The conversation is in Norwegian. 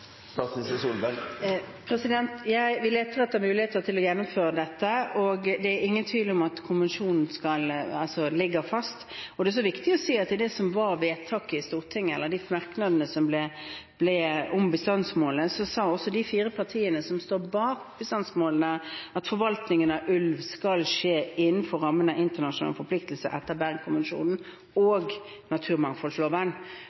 Det er viktig å si at når det gjelder det som var vedtaket i Stortinget eller merknadene om bestandsmålene, sa også de fire partiene som står bak bestandsmålene, at forvaltningen av ulv skal skje innenfor rammen av internasjonale forpliktelser etter